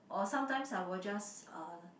or sometimes I will just uh